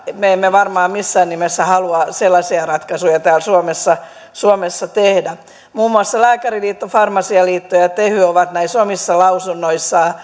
me emme varmaan missään nimessä halua sellaisia ratkaisuja täällä suomessa suomessa tehdä muun muassa lääkäriliitto farmasialiitto ja tehy ovat näissä omissa lausunnoissaan